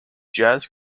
jazz